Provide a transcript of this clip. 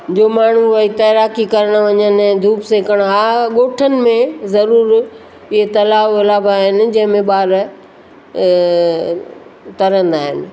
जो माण्हू ऐं तैराकी करण वञनि धूप सेकण हा ॻोठनि में ज़रूरु इहे तलाउ वलाउ आहिनि जंहिं में ॿार तरंदा आहिनि